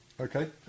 Okay